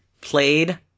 played